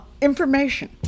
Information